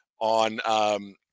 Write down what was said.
on